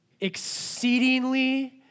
exceedingly